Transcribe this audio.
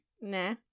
nah